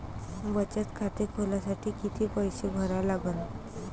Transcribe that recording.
बचत खाते खोलासाठी किती पैसे भरा लागन?